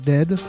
Dead